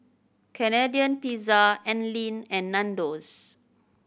Canadian Pizza Anlene and Nandos